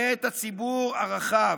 ואת הציבור הרחב,